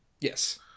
yes